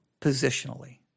positionally